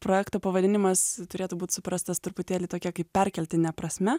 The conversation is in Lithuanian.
projekto pavadinimas turėtų būti suprastas truputėlį tokia kaip perkeltine prasme